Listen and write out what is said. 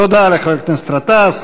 תודה לחבר הכנסת גטאס.